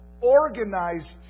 organized